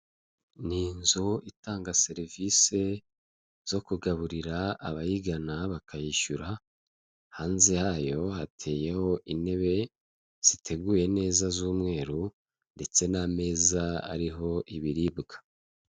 Ni inzu itanga serivisi zo kugaburira abayigana bakayishyura, hanze hayo hateyeho intebe ziteguye neza z'umweru, ndetse n'ameza ariho ibiribwa.